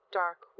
dark